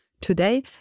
Today